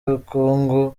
ubukungu